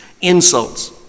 insults